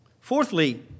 Fourthly